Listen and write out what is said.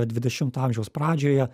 dvidešimto amžiaus pradžioje